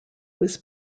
was